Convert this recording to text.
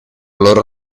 loro